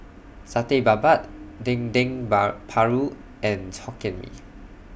Satay Babat Dendeng Paru and Hokkien Mee